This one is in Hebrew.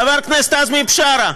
חבר הכנסת עזמי בשארה.